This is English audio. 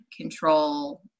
control